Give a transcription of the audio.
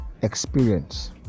experience